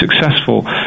successful